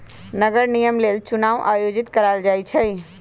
नगर निगम लेल चुनाओ आयोजित करायल जाइ छइ